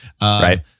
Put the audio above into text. Right